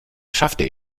schaffte